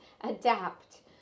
adapt